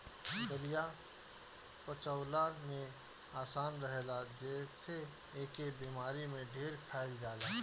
दलिया पचवला में आसान रहेला जेसे एके बेमारी में ढेर खाइल जाला